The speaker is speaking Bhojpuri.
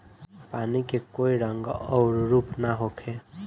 पानी के कोई रंग अउर रूप ना होखें